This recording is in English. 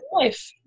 life